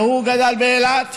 הוא גדל באילת